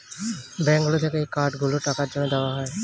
bank থেকে এই card গুলো টাকার জন্যে দেওয়া হয়